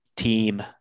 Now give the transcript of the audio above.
team